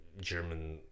German